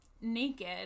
naked